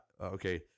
Okay